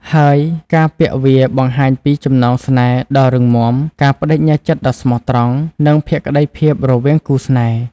ហើយការពាក់វាបង្ហាញពីចំណងស្នេហ៍ដ៏រឹងមាំ ការប្តេជ្ញាចិត្តដ៏ស្មោះត្រង់ និងភក្តីភាពរវាងគូស្នេហ៍។